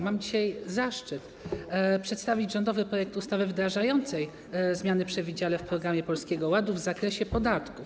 Mam dzisiaj zaszczyt przedstawić rządowy projekt ustawy wdrażającej zmiany przewidziane w programie Polski Ład w zakresie podatków.